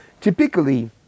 typically